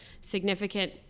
significant